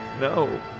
No